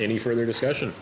any further discussion